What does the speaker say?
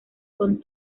con